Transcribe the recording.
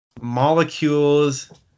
molecules –